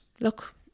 look